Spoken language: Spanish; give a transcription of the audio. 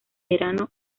verano